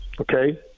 okay